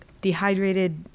dehydrated